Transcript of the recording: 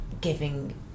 giving